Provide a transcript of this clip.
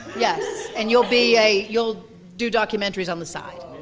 yes. and you'll be a, you'll do documentaries on the side.